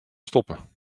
stoppen